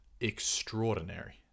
extraordinary